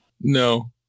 No